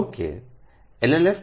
જો કેLLF0